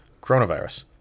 coronavirus